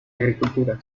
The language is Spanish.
agricultura